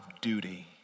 duty